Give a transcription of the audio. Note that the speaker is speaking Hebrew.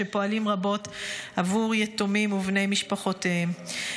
שפועלים רבות בעבור יתומים ובני משפחותיהם.